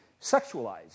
sexualized